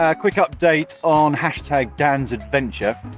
ah quick update on dansadventure.